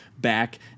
back